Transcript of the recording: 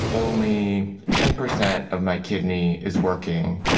only ten percent of my kidney is working